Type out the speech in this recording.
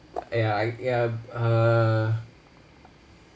ya I ya uh